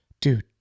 dude